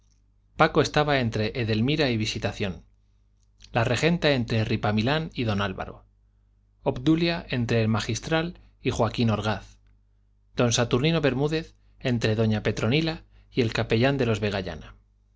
paco estaba entre edelmira y visitación la regenta entre ripamilán y don álvaro obdulia entre el magistral y joaquín orgaz don saturnino bermúdez entre doña petronila y el capellán de los